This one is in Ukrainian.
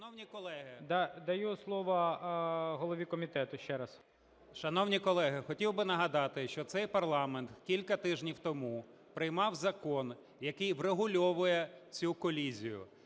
Шановні колеги, хотів би нагадати, що цей парламент кілька тижнів тому приймав закон, який врегульовує цю колізію: